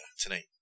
tonight